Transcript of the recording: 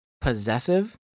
possessive